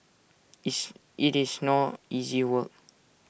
it's IT is no easy work